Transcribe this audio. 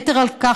יתר על כך,